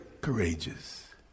courageous